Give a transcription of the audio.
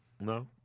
No